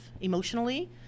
emotionally